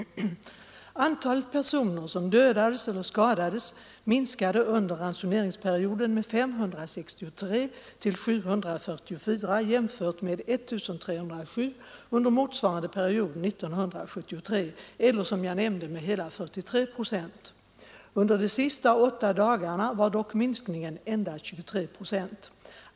Antalet personer som dödades eller skadades minskade under ransoneringsperioden med 563 till 744 jämfört med 1 307 under motsvarande period 1973 eller, som jag nämnde, med hela 43 procent. Under de sista åtta dagarna var dock minskningen endast 23 procent.